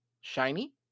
shiny